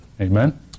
Amen